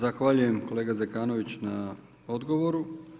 Zahvaljujem kolega Zekanović na odgovoru.